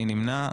מי נמנע?